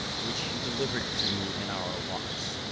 which he delivered to me in our walks.